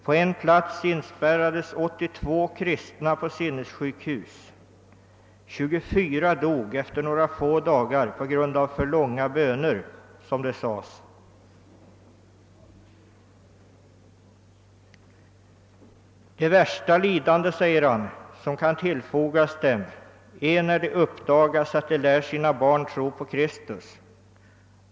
På en plats inspärrades 82 kristna på sinnessjukhus. 24 av dem dog efter några få dagar »på grund av för långa böner», som det sades. Det värsta lidande som kan tillfogas de kristna är, säger han, att det uppdagas att de lär sina barn tro på Kristus.